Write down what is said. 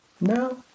No